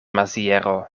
maziero